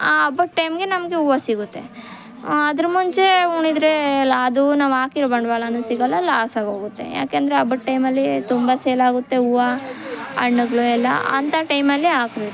ಆ ಹಬ್ಬದ ಟೈಮ್ಗೆ ನಮ್ಗೆ ಹೂವು ಸಿಗುತ್ತೆ ಅದ್ರ ಮುಂಚೆ ಹೂಣಿದ್ರೆ ಲಾ ಅದು ನಾವು ಹಾಕಿರೊ ಬಂಡವಾಳವೂ ಸಿಗೊಲ್ಲ ಲಾಸ್ ಆಗಿ ಹೋಗುತ್ತೆ ಯಾಕೆಂದ್ರೆ ಹಬ್ಬದ ಟೈಮಲ್ಲಿ ತುಂಬ ಸೇಲಾಗುತ್ತೆ ಹೂವು ಹಣ್ಣುಗಳು ಎಲ್ಲ ಅಂಥ ಟೈಮಲ್ಲೆ ಹಾಕ್ಬೇಕು